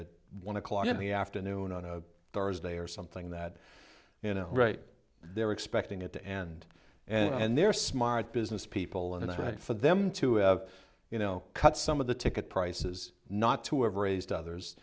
at one o'clock in the afternoon on a thursday or something that you know right they're expecting it to end and they're smart business people and i think for them to you know cut some of the ticket prices not to have raised others